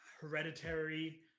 hereditary